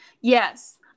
yes